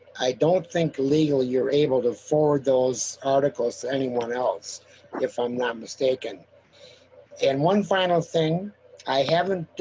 i don't think legally you're able to forward those articles to anyone else if i'm not mistaken and one final thing i haven't